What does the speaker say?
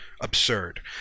absurd